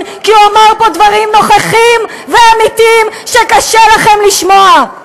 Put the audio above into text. כי הוא אמר פה דברים נכוחים ואמיתיים שקשה לכם לשמוע?